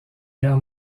guerre